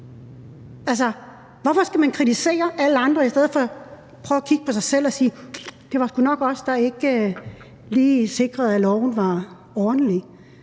Hvorfor skal man kritisere alle andre i stedet for at prøve at kigge på sig selv og sige: Det var sgu nok os, der ikke lige sikrede, at loven var ordentlig